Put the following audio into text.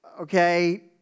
okay